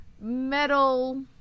metal